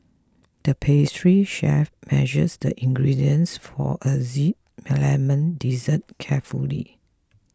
the pastry chef measured the ingredients for a Z Lemon Dessert carefully